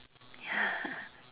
ya